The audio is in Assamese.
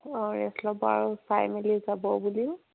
অঁ ৰেষ্ট ল'ব আৰু চাই মেলি যাব বুলি